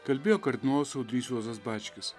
kalbėjo kardinolas audrys juozas bačkis